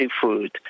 food